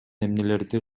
эмнелерди